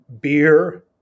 beer